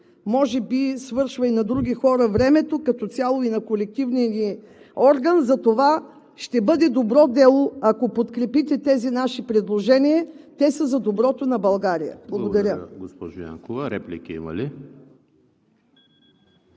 може би свършва и на други хора времето, като цяло и на колективния ни орган, затова ще бъде добро дело, ако подкрепите тези наши предложения, те са за доброто на България.Благодаря.